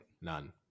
None